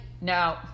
No